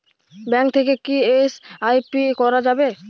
Bank থেকে কী SIP করা যাবে?